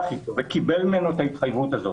איתו וקיבל ממנו את ההתחייבות הזאת,